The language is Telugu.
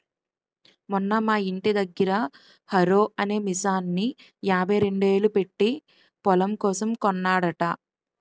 మొన్న మా యింటి దగ్గర హారో అనే మిసన్ని యాభైరెండేలు పెట్టీ పొలం కోసం కొన్నాడట